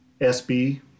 SB